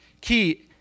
Key